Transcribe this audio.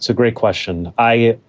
so great question. i.